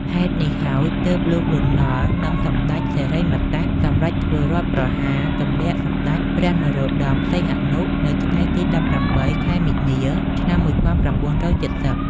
ហេតុនេះហើយ ទើបលោក លន់ នល់ និងសម្ដេចសិរិមតៈសម្រេចធ្វើរដ្ឋប្រហារទម្លាក់សម្ដេចព្រះនរោត្ដម សីហនុ នៅថ្ងៃទី១៨ ខែមីនា ឆ្នាំ១៩៧០។